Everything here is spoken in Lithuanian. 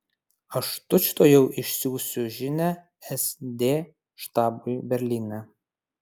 aš tučtuojau išsiųsiu žinią sd štabui berlyne